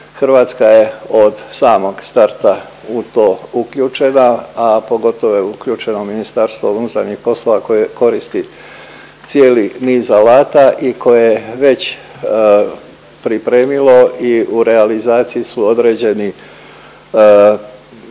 Hrvatska je od samog starta u to uključena, a pogotovo je uključena u MUP koje koristi cijeli niz alata i koje je već pripremilo i u realizaciji su određeni